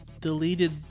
deleted